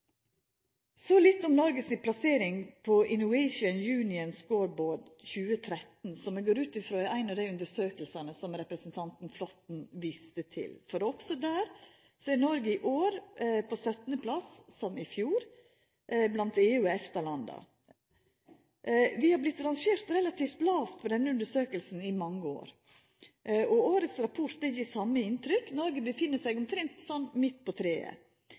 Så litt om Noreg si plassering på Innovation Union Scoreboard 2013 – som eg går ut frå er ei av dei undersøkingane som representanten Flåtten viste til. Der er Noreg på 17. plass – som i fjor – blant EU/EFTA-landa. Vi har vorte rangert relativt lågt på denne undersøkinga i mange år, og årets rapport gjev det same inntrykket – Noreg ligg sånn omtrent midt på treet.